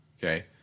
okay